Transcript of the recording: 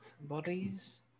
bodies